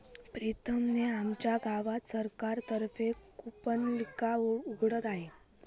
प्रीतम ने आमच्या गावात सरकार तर्फे कूपनलिका उघडत आहे